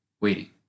waiting